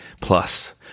Plus